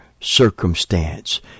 circumstance